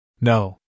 No